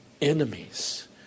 enemies